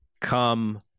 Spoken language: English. Come